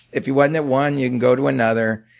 if he wasn't at one, you can go to another.